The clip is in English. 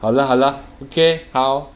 好啦好啦 okay 好